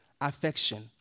affection